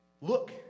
look